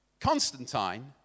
Constantine